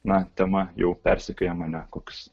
na tema jau persekioja mane kokius